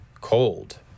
cold